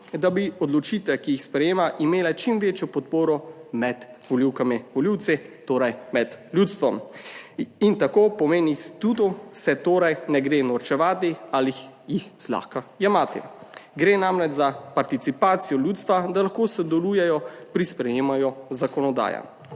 da bi odločitve, ki jih sprejema, imele čim večjo podporo med volivkami, volivci torej med ljudstvom. In tako pomeni / Nerazumljivo/ torej ne gre norčevati ali jih zlahka jemati. Gre namreč za participacijo ljudstva, da lahko sodelujejo pri sprejemanju zakonodaje.